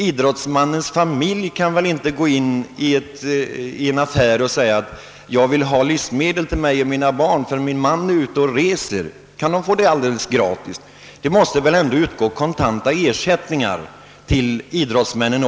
Idrottsmannens hustru kan väl inte gå in i en affär och säga, att hon vill ha gratis livsmedel till sig och sina barn, därför att hennes man är ute och reser.